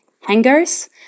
hangars